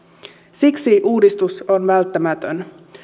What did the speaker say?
siksi uudistus on välttämätön